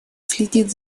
следит